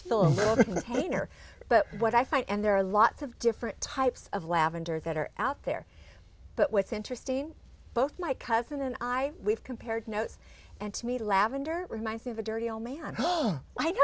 to fill a painter but what i find and there are lots of different types of lavender that are out there but what's interesting both my cousin and i we've compared notes and to me lavender reminds me of a dirty old man i